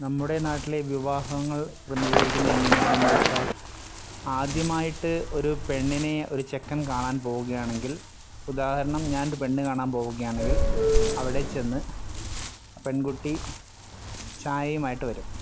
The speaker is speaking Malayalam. നമ്മുടെ നാട്ടിലെ വിവാഹങ്ങൾ ക്രമീകരിക്കുന്നത് എങ്ങനെയാണെന്നുവച്ചാൽ ആദ്യമായിട്ട് ഒരു പെണ്ണിനെ ഒരു ചെക്കൻ കാണാൻ പോവുകയാണെങ്കിൽ ഉദാഹരണം ഞാൻ ഒരു പെണ്ണുകാണാൻ പോവുകയാണെങ്കിൽ അവിടെ ചെന്ന് പെൺകുട്ടി ചായയുമായിട്ടു വരും